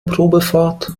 probefahrt